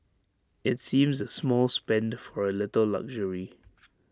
IT seems A small spend for A little luxury